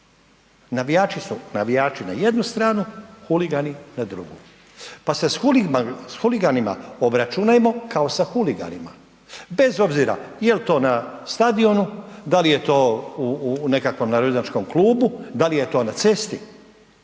Navijači su navijači na jednu stranu, huligani na drugi, pa se s huliganima obračunajmo kao sa huliganima, bez obzira jel to na stadionu, da li je to u nekakvom narodnjačkom klubu, da li je to na cesti